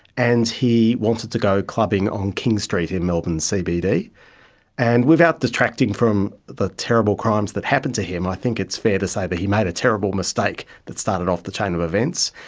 and he wanted to go clubbing on king street in melbourne's cbd. and without detracting from the terrible crimes that happened to him, i think it's fair to say that he made a terrible mistake that started off the chain of events.